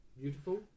beautiful